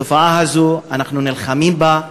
התופעה הזאת, אנחנו נלחמים בה.